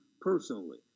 personally